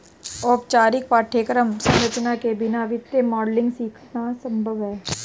औपचारिक पाठ्यक्रम संरचना के बिना वित्तीय मॉडलिंग सीखना संभव हैं